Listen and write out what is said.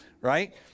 right